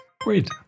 Great